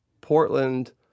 Portland